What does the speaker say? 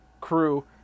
crew